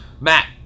Matt